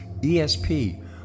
ESP